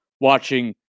watching